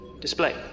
Display